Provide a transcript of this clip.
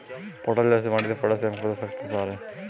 পটল চাষে মাটিতে পটাশিয়াম কত থাকতে হবে?